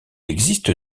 existe